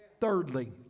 Thirdly